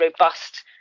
robust